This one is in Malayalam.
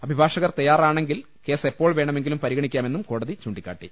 അഭിഭാഷകർ തയ്യാറാണെ ങ്കിൽ കേസ് എപ്പോൾ വേണമെങ്കിലും പരിഗണിക്കാമെന്നും കോടതി ചൂണ്ടിക്കാട്ടി